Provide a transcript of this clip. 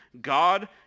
God